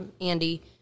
Andy